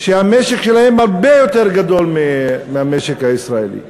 שהמשק שלהן הרבה יותר גדול מהמשק הישראלי.